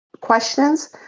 questions